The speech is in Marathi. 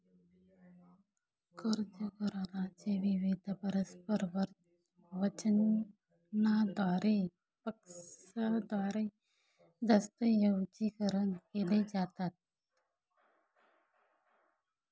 कर्ज करारा चे विविध परस्पर वचनांद्वारे पक्षांद्वारे दस्तऐवजीकरण केले जातात